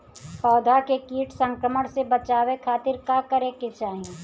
पौधा के कीट संक्रमण से बचावे खातिर का करे के चाहीं?